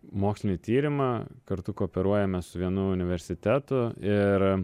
mokslinį tyrimą kartu kooperuojamės su vienu universitetu ir